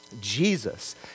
Jesus